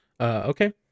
Okay